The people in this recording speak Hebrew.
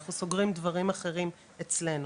אנחנו סוגרים דברים אחרים אצלנו,